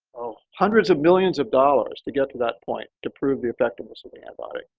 hundreds of millions of dollars to get to that point to prove the effectiveness of the antibody.